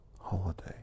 holiday